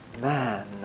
man